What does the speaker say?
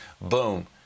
boom